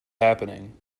happening